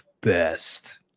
best